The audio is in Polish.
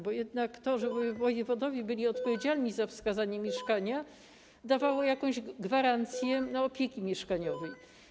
Bo jednak to, żeby wojewodowie byli odpowiedzialni za wskazanie mieszkania, dawało jakąś gwarancję opieki mieszkaniowej.